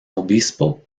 obispo